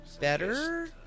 better